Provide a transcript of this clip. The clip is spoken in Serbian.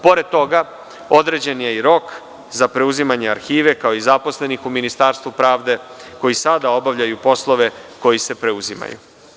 Pored toga, određen je i rok za preuzimanje arhive, kao i zaposlenih u Ministarstvu pravde, koji sada obavljaju poslove koji se preuzimaju.